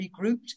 regrouped